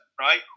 right